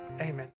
Amen